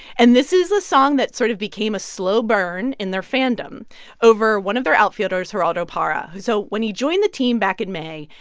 and this is a song that sort of became a slow burn in their fandom over one of their outfielders, geraldo parra. so when he joined the team back in may,